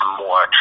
more